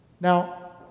Now